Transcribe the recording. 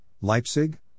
Leipzig